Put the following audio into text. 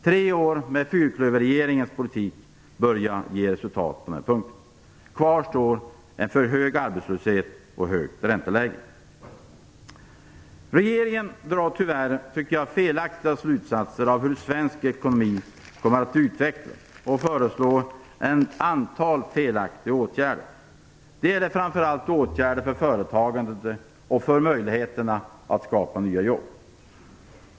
Tre år med fyrklöverregeringens politik börjar ge resultat på dessa punkter. Kvar står en för hög arbetslöshet och ett högt ränteläge. Regeringen drar tyvärr felaktiga slutsatser av hur svensk ekonomi kommer att utvecklas och föreslår ett antal felaktiga åtgärder. Det gäller framför allt åtgärder för företagandet och för möjligheterna att skapa nya jobb.